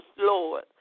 Lord